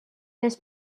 les